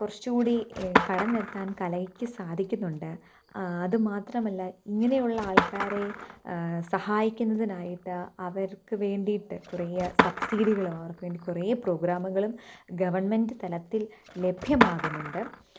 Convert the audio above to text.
കുറച്ചു കൂടി കടന്നെത്താൻ കലയ്ക്ക് സാധിക്കുന്നുണ്ട് അതുമാത്രമല്ല ഇങ്ങനെയുള്ള ആൾക്കാരെ സഹായിക്കുന്നതിനായിട്ട് അവർക്ക് വേണ്ടിയിട്ട് കുറേ സബ്സീഡികള് അവർക്ക് വേണ്ടിയിട്ട് കുറേ പ്രോഗ്രാമുകളും ഗവണ്മെൻറ്റ് തലത്തിൽ ലഭ്യമാകുന്നുണ്ട്